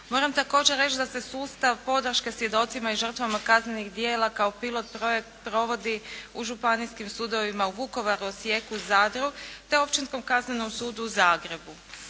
Moram također reći da se sustav podrške svjedocima i žrtvama kaznenih djela kao pilot projekt provodi u županijskim sudovima u Vukovaru, Osijeku, Zadru te Općinskom kaznenom sudu u Zagrebu.